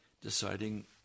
Deciding